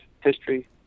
history